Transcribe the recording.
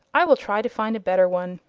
i will try to find a better one.